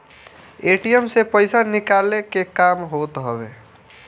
ATM से पईसा निकाले के काम होत हवे